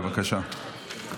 בבקשה.